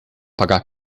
pagar